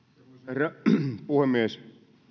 herra puhemies